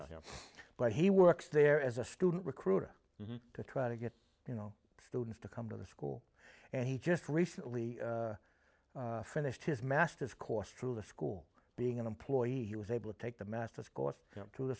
know him but he works there as a student recruiter to try to get you know students to come to the school and he just recently finished his master's course through the school being an employee he was able to take the masters course through the